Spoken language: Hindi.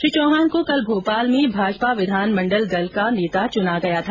श्री चौहान को कल भोपाल में भाजपा विधान मंडल दल का नेता चुना गया था